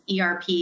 ERP